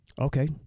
okay